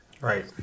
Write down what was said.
Right